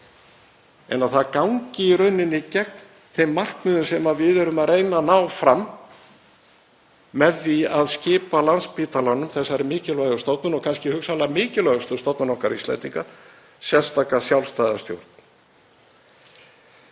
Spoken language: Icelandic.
en að það gangi gegn þeim markmiðum sem við erum að reyna að ná fram með því að skipa Landspítalanum, þessari mikilvægu stofnun og kannski hugsanlega mikilvægustu stofnun okkar Íslendinga, sérstaka sjálfstæða stjórn.